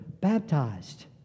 baptized